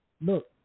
Look